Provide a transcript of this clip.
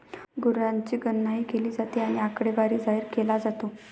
गुरांची गणनाही केली जाते आणि आकडेवारी जाहीर केला जातो